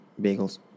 bagels